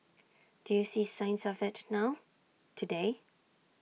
do you see signs of IT now today